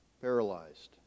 paralyzed